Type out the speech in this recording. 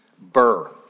Burr